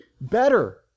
better